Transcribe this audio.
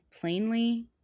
plainly